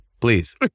Please